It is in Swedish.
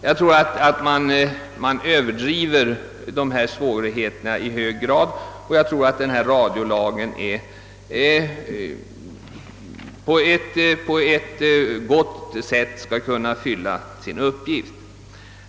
Jag tror att man i hög grad överdriver svårigheterna och att radiolagen ganska bra kan komma att fylla sin uppgift.